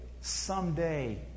someday